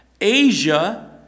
Asia